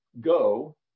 Go